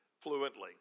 fluently